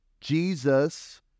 Jesus